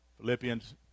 Philippians